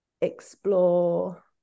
explore